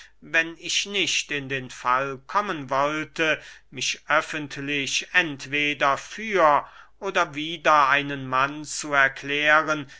wenn ich nicht in den fall kommen wollte mich öffentlich entweder für oder wider einen mann zu erklären